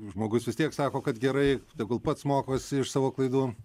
žmogus vis tiek sako kad gerai tegul pats mokosi iš savo klaidų